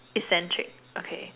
eccentric okay